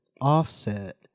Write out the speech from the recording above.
offset